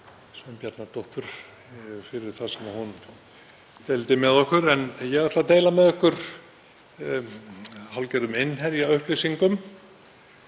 Sveinbjarnardóttur fyrir það sem hún deildi með okkur. En ég ætla að deila með ykkur hálfgerðum innherjaupplýsingum.